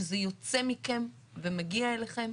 שזה יוצא מכם ומגיע אליכם?